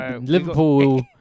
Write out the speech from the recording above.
Liverpool